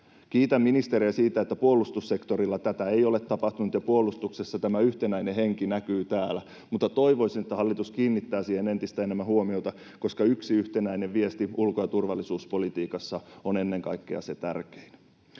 Kiitän ministeriä, että puolustussektorilla tätä ei ole tapahtunut ja puolustuksessa tämä yhtenäinen henki näkyy täällä. Mutta toivoisin, että hallitus kiinnittää siihen entistä enemmän huomiota, koska yksi yhtenäinen viesti ulko- ja turvallisuuspolitiikassa on ennen kaikkea se tärkein.